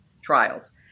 trials